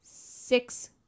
six